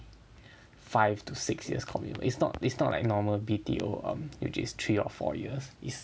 five to six years commitment it's not it's not like normal B_T_O um which is three or four years is